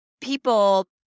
people